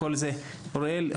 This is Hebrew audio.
אוריאל,